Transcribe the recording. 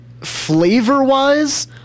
Flavor-wise